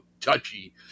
touchy